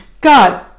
God